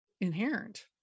inherent